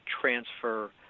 transfer